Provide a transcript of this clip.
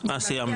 מה סיימנו?